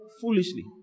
foolishly